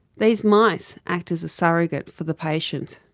these mice act as a surrogate for the patient.